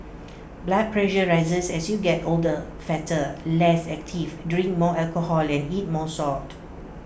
blood pressure rises as you get older fatter less active drink more alcohol and eat more salt